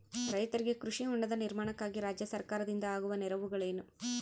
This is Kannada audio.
ರೈತರಿಗೆ ಕೃಷಿ ಹೊಂಡದ ನಿರ್ಮಾಣಕ್ಕಾಗಿ ರಾಜ್ಯ ಸರ್ಕಾರದಿಂದ ಆಗುವ ನೆರವುಗಳೇನು?